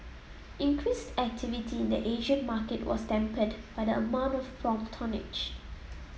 increased activity in the Asian market was tempered by the amount of prompt tonnage